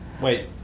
Wait